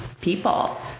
people